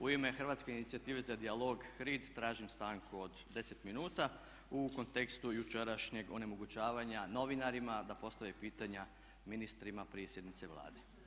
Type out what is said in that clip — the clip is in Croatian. U ime Hrvatske inicijative za dijalog HRID tražim stranku od 10 minuta u kontekstu jučerašnjeg onemogućavanja novinarima da postave pitanje ministrima prije sjednice Vlade.